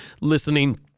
listening